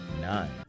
nine